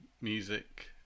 music